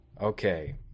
okay